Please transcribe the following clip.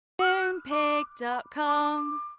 Moonpig.com